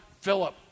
Philip